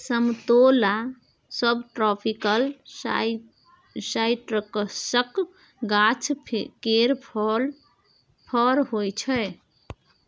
समतोला सबट्रापिकल साइट्रसक गाछ केर फर होइ छै